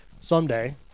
someday